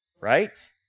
right